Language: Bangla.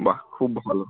বাহ খুব ভালো